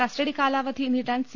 custody കാലാവധി നീട്ടാൻ C